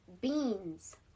Beans